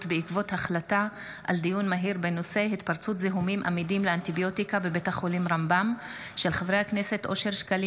בעקבות דיון מהיר בהצעתם של חברי הכנסת אושר שקלים,